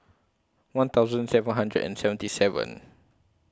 one thousand seven hundred and seventy seven